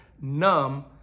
numb